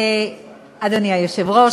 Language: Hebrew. אדוני היושב-ראש,